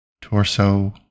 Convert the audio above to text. torso